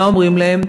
מה אומרים להם?